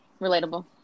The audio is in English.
Relatable